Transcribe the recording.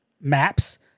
maps